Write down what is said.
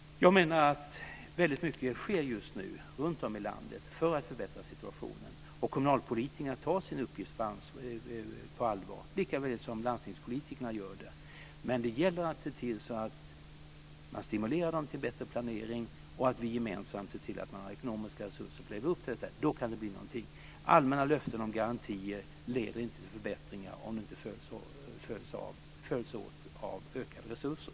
Jag menar att väldigt mycket just nu sker runtom i landet för att förbättra situationen. Kommunalpolitikerna tar sin uppgift på allvar, likaväl som landstingspolitikerna gör det. Men det gäller att se till att stimulera dem till bättre planering och att vi gemensamt ser till att de har ekonomiska resurser att leva upp till detta. Då kan det bli någonting. Allmänna löften om garantier leder inte till förbättringar om de inte åtföljs av ökade resurser.